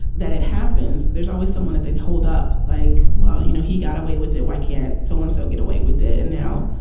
that it happens. there's always someone if they hold up like, well, you know, he got away with it, why can't so-and-so so and so get away with it? and now,